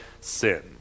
sin